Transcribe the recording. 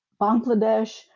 Bangladesh